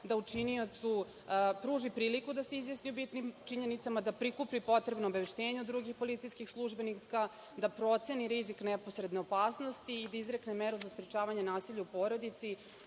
da učiniocu pruži priliku da se izjasni o bitnim činjenicama, da prikupi potrebna obaveštenja od drugih policijskih službenika, da proceni rizik neposredne opasnosti i da izrekne meru za sprečavanje nasilja u porodici. Ono